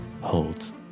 holds